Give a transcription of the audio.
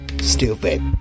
stupid